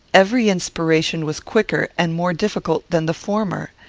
every inspiration was quicker and more difficult than the former.